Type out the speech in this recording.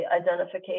identification